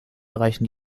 reichen